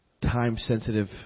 time-sensitive